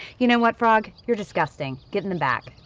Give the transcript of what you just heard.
you know what frog, you're disgusting. get in the back.